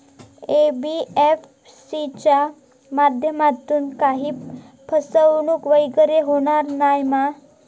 NBFC च्या माध्यमातून काही फसवणूक वगैरे होना नाय मा?